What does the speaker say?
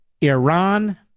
Iran